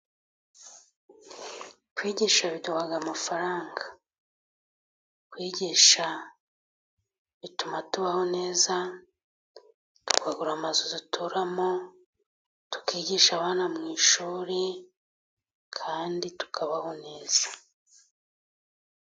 Kwigisha biduha amafaranga , kwigisha bituma tubaho neza, tukagura amazu duturamo, tukigisha abana mu ishuri, kandi tukabaho neza.